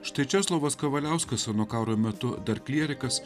štai česlovas kavaliauskas a nuo karo metu dar klierikas